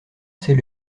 sait